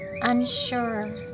unsure